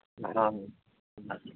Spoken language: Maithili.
हँ हँ अच्छा